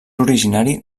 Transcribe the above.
originari